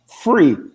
free